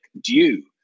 due